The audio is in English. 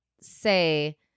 say